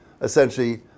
essentially